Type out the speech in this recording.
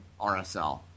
RSL